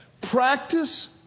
Practice